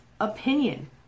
Opinion